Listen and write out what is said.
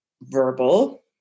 verbal